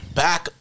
back